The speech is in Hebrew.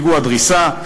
פיגוע דקירה,